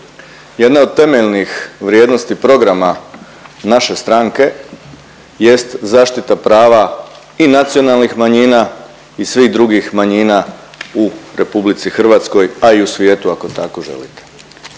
Jedna od temeljnih vrijednosti programa naše stranke jest zaštita prava i nacionalnih manjina i svih drugih manjina u RH, a i u svijetu ako tako želite.